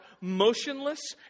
motionless